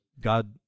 God